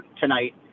tonight